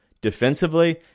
defensively